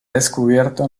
descubierto